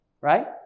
right